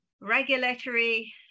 regulatory